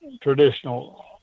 traditional